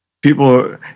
People